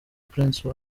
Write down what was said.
prince